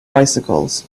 bicycles